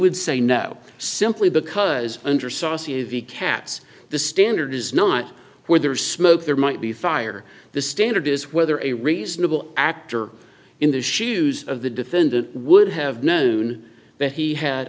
would say no simply because under sarsi v katz the standard is not where there is smoke there might be fire the standard is whether a reasonable actor in the shoes of the defendant would have known that he had